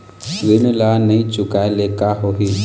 ऋण ला नई चुकाए ले का होही?